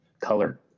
color